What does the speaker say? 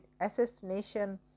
assassination